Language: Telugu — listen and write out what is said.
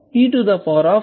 అవుతుంది